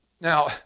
Now